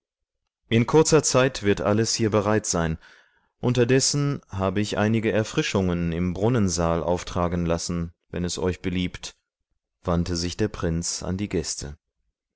in kurzer zeit wird alles hier bereit sein unterdessen habe ich einige erfrischungen im brunnensaal auftragen lassen wenn es euch beliebt wandte der prinz sich an die gäste